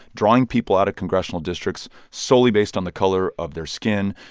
drawing people out of congressional districts solely based on the color of their skin,